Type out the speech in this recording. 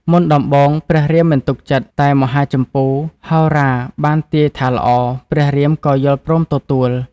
មុនដំបូងព្រះរាមមិនទុកចិត្ត តែមហាជម្ពូហោរាបានទាយថាល្អ ព្រះរាមក៏យល់ព្រមទទួល។